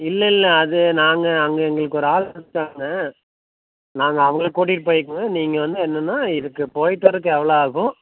இல்லை இல்லை அது நாங்கள் அங்கே எங்களுக்கு ஒரு ஆள் இருக்காங்க நாங்கள் அவங்களை கூட்டிட்டு போயிக்குவேன் நீங்கள் வந்து என்னென்னால் இதுக்கு போயிட்டு வரதுக்கு எவ்வளோ ஆகும்